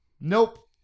nope